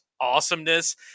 awesomeness